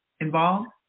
involved